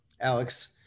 Alex